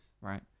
right